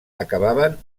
acabaven